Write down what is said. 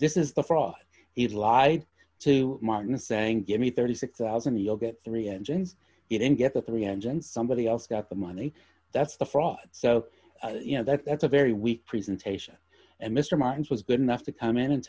this is the fraud he lied to martin saying give me thirty six thousand you'll get three engines get in get the three engines somebody else got the money that's the fraud so you know that that's a very weak presentation and mr martin's was good enough to come in and